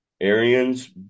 Arians